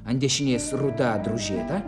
ant dešinės ruda drožėta